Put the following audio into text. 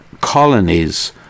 colonies